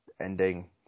ending